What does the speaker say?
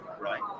Right